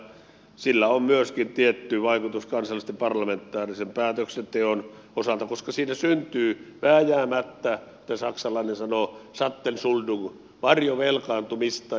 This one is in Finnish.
sillä on myöskin tietty vaikutus kansallisen parlamentaarisen päätöksenteon osalta koska siinä syntyy vääjäämättä kuten saksalainen sanoo schattenverschuldung varjovelkaantumista jäsenmaille